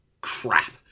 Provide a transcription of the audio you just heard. crap